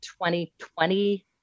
2020